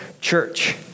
church